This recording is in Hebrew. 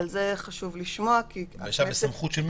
השאלה באיזו סמכות.